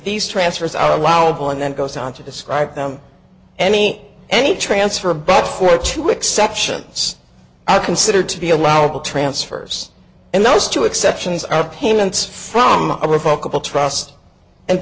these transfers out allowable and then goes on to describe them any any transfer bad for two exceptions are considered to be allowable transfers and those two exceptions are payments from our focus of trust and